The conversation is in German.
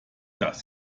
dass